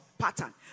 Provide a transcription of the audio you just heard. pattern